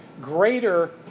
greater